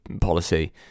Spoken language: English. policy